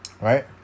right